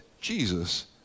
Jesus